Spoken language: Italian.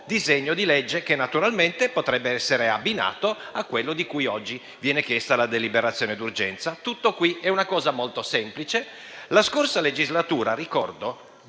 disegno di legge, che naturalmente potrebbe essere abbinato a quello di cui oggi viene chiesta la deliberazione d'urgenza. È una cosa molto semplice. Ricordo che nella scorsa